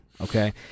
Okay